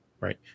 right